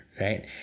right